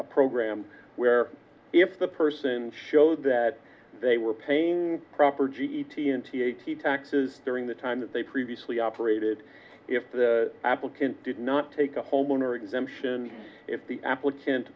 a program where if the person showed that they were paying proper g e t n t eighty taxes during the time that they previously operated if the applicant did not take a homeowner exemption if the applicant